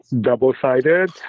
double-sided